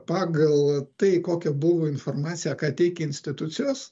pagal tai kokia buvo informacija ką teikė institucijos